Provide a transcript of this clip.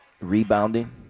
rebounding